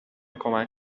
کمک